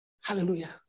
Hallelujah